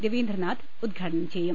രവീന്ദ്രനാഥ് ഉദ്ഘാടനം ചെയ്യും